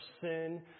sin